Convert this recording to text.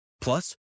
Plus